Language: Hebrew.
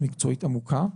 מקצועית עמוקה.